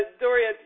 Doria